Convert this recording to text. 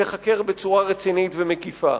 תיחקרנה בצורה רצינית ומקיפה.